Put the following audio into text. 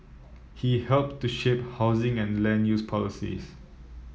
he helped to shape housing and land use policies